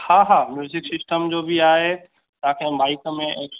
हा हा music system जो बि आहे तव्हांखे बाईक में